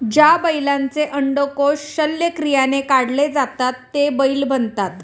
ज्या बैलांचे अंडकोष शल्यक्रियाने काढले जातात ते बैल बनतात